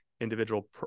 individual